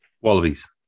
Wallabies